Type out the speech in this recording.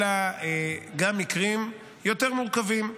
אלא גם מקרים יותר מורכבים.